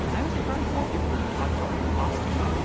i was surprised more people didn't talk about the costume,